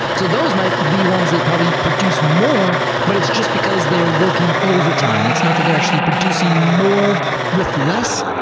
so those might be ones that probably produce more, but it's just because they're working overtime, it's not that they're actually producing more with less.